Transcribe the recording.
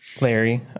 Larry